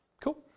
Cool